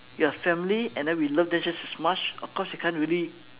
we have a family and then we love them just as much of course we can't really